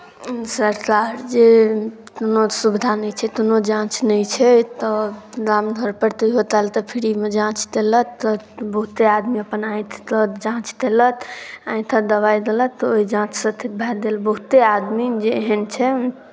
सरतार जे तोनो सुविधा नहि छै तोनो जाँच नहि छै तऽ दाम धरपर तहिओ तालते फ्रीमे जाँच तेलत तऽ बहुते आदमी अपना आँथिते जाँच तेलथि आँथित दवाइ देलत तऽ ओहि जाँचसँ ठीत भए देल बहुते आदमी जे एहन छै